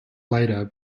later